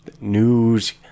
News